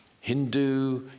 Hindu